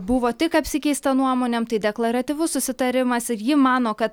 buvo tik apsikeista nuomonėm tai deklaratyvus susitarimas ir ji mano kad